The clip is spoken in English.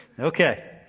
Okay